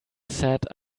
said